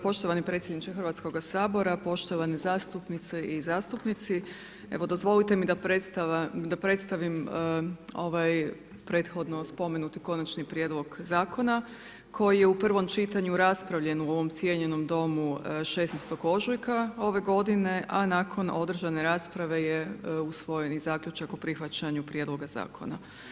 Poštovani predsjedniče Hrvatskog sabora, poštovane zastupnice i zastupnici, evo dozvolite mi da predstavim ovaj prethodno spomenuti konačni prijedlog zakona koji je u prvom čitanju raspravljen u ovom cijenjenom Domu 16. ožujka ove godine, a nakon održane rasprave je usvojen i zaključak o prihvaćanju prijedloga zakona.